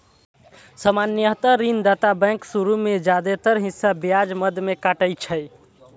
सामान्यतः ऋणदाता बैंक शुरू मे जादेतर हिस्सा ब्याज मद मे काटै छै